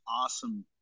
awesome